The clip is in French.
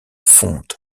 fonte